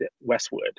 Westwood